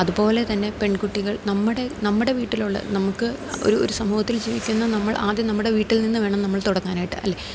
അതുപോലെ തന്നെ പെൺകുട്ടികൾ നമ്മുടെ നമ്മുടെ വീട്ടിലുള്ള നമുക്ക് ഒരു ഒരു സമൂഹത്തിൽ ജീവിക്കുന്ന നമ്മൾ ആദ്യം നമ്മുടെ വീട്ടിൽ നിന്ന് വേണം നമ്മൾ തുടങ്ങാനായിട്ട് അല്ലേ അപ്പം